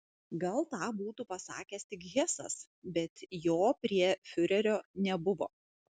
gal tą būtų pasakęs tik hesas bet jo prie fiurerio nebuvo